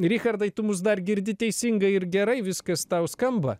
richardai tu mus dar girdi teisingai ir gerai viskas tau skamba